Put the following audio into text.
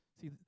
See